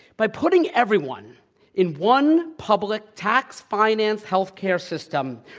by putting everyone in one public tax-financed healthcare system,